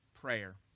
prayer